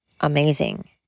amazing